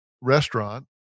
restaurant